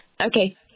Okay